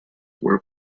where